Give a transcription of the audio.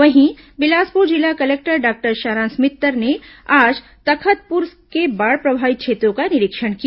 वहीं बिलासपुर जिला collector doctor Saransh Mittar ने आज तखतपुर के बाढ़ प्रभावित क्षेत्रों का निरीक्षण किया